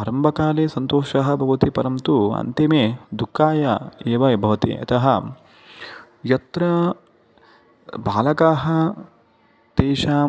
आरम्भकाले सन्तोषः भवति परन्तु अन्तिमे दुःखाय एव भवति अतः यत्र बालकाः तेषां